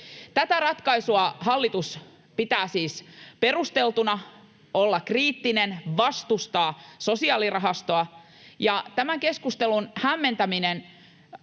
Tätä ratkaisua hallitus pitää siis perusteltuna — olla kriittinen, vastustaa sosiaalirahastoa — ja tämän keskustelun hämmentäminen